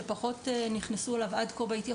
שעד כה פחות נכנסו אליו בהתייחסות,